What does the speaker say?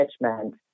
management